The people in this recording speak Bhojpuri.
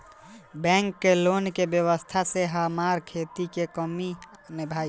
बैंक के लोन के व्यवस्था से हमार खेती के काम नीभ जाई